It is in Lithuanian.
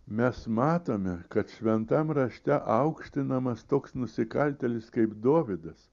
mes matome kad šventam rašte aukštinamas toks nusikaltėlis kaip dovydas